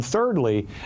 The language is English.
Thirdly